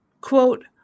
quote